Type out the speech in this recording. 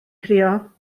crio